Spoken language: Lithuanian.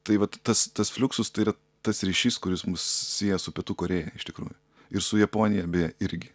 tai vat tas tas fliuksus tai yra tas ryšys kuris mus sieja su pietų korėja iš tikrųjų ir su japonija beje irgi